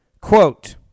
Quote